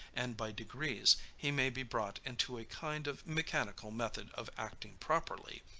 and by degrees he may be brought into a kind of mechanical method of acting properly,